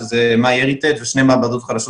שזה MyHeritage ושתי מעבדות חדשות